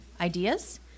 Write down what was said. ideas